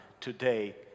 today